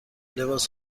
لباس